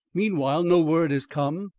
meanwhile, no word has come,